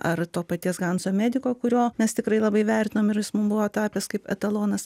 ar to paties hanso mediko kurio mes tikrai labai vertinamir jis mums buvo tapęs kaip etalonas